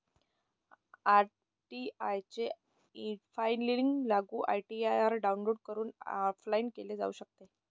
ITR चे e filing लागू ITR download करून ऑफलाइन केले जाऊ शकते